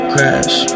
Crash